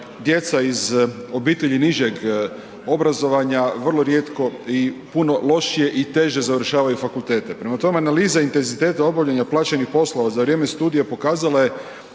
iz obitelj nižeg obrazovanja vrlo rijetko i puno lošije i teže završavaju fakultete. Prema tome, analiza intenziteta obavljanja plaćenih poslova za vrijeme studija pokazala je